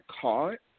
caught